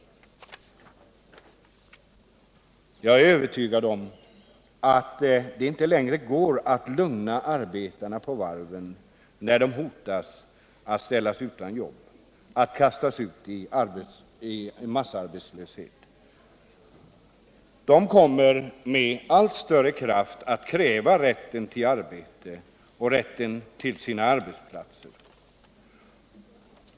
Jag ärövertygad om att det inte längre går att lugna arbetarna på varven, när hotet ligger över dem att bli utan jobb och att kastas ut i massarbetslöshet. Dessa arbetare kommer med allt större kraft att kräva rätten till arbete, rätten till sina arbetsplatser.